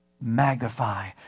magnify